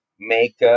make